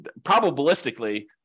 probabilistically